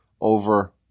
over